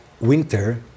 winter